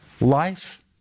Life